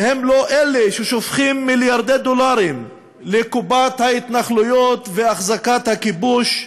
הם לא אלה ששופכים מיליארדי דולרים לקופת ההתנחלויות והחזקת הכיבוש?